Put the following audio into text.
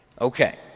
Okay